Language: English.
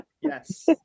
Yes